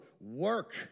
work